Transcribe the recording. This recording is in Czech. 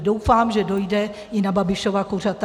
Doufám, že dojde i na Babišova kuřata.